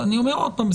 זה הנתון שנמסר לנו.